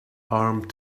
armed